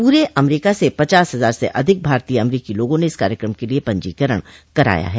पूरे अमरीका से पचास हजार से अधिक भारतीय अमरीकी लोगों ने इस कार्यक्रम के लिए पंजीकरण कराया है